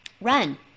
Run